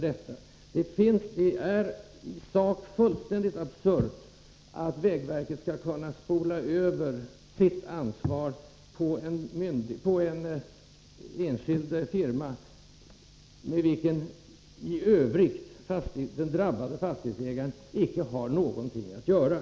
Det är i sak fullständigt absurt att vägverket skall kunna spela över sitt ansvar på en enskild firma, med vilken den drabbade fastighetsägaren i övrigt inte har någonting att göra.